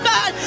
God